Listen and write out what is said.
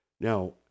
now